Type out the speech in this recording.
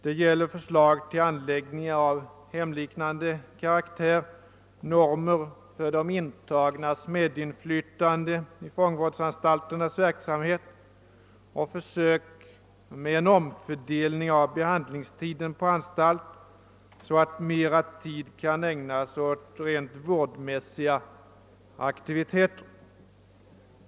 Det rör sig om förslag till anläggningar av hemliknande karaktär, normer för de intagnas medinflytande i fångvårdsanstalternas verksamhet och försök med en omfördelning av behandlingstiden på anstalt så att mera tid kan ägnas åt rent vårdmässiga aktiviteter.